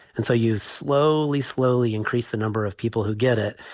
and so you slowly, slowly increase the number of people who get it.